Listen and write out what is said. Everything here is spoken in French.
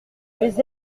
les